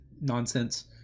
nonsense